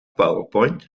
powerpoint